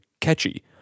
catchy